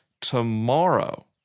tomorrow